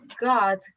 God